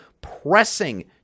pressing